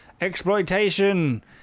exploitation